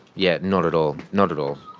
yeah. not at all. not at all.